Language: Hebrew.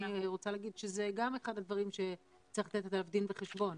רוצה להגיד שזה גם אחד הדברים שצריך לתת עליו דין וחשבון.